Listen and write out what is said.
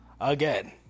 again